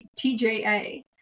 tja